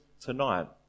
tonight